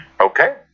Okay